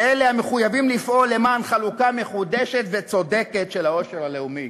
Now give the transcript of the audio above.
לאלה המחויבים לפעול למען חלוקה מחודשת וצודקת של העושר הלאומי.